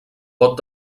pot